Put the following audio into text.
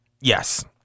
Yes